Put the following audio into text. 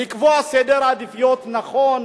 לקבוע סדר עדיפויות נכון,